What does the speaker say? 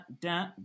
da